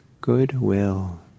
goodwill